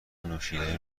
نوشیدنی